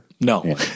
No